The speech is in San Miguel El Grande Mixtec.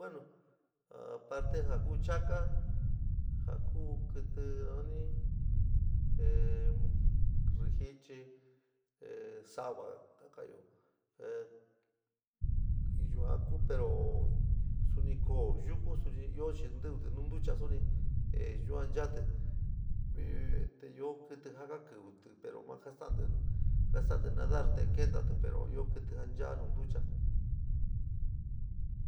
Bueno, parte ja ku chaka ía ku fití nu naní fítichí, ohí se sa´ava ka´ayo, yua ku pero sunjo koa yuka soní ío alí yúno nchuta yua noche te ío kíntí koa kasarte nodor te keitatí pero ío kítí jaa nchaa nu ntucha.